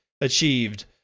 achieved